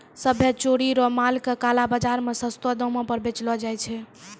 सभ्भे चोरी रो माल के काला बाजार मे सस्तो दामो पर बेचलो जाय छै